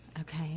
Okay